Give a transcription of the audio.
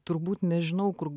turbūt nežinau kur